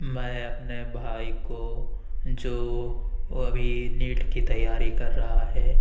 میں اپنے بھائی کو جو وہ ابھی نیٹ کی تیاری کر رہا ہے